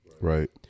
Right